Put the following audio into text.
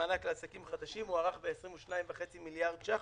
ומענק לעסקים חדשים הוערך ב-22.5 מיליארד שקל,